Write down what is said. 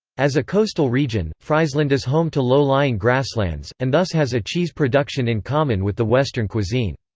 as a coastal region, friesland is home to low-lying grasslands, and thus has a cheese production in common with the western cuisine.